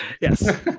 Yes